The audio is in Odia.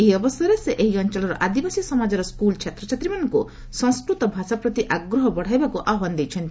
ଏହି ଅବସରରେ ସେ ଏହି ଅଞ୍ଚଳର ଆଦିବାସୀ ସମାଜର ସ୍କୁଲ ଛାତ୍ରଛାତ୍ରୀମାନଙ୍କୁ ସଂସ୍କୃତ ଭାଷା ପ୍ରତି ଆଗ୍ରହ ବଢାଇବାକୁ ଆହ୍ୱାନ ଦେଇଛନ୍ତି